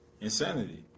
insanity